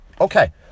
Okay